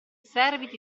serviti